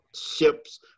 ships